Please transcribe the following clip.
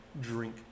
drink